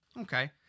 Okay